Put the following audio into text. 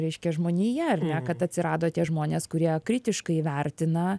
reiškia žmonija ar ne kad atsirado tie žmonės kurie kritiškai vertina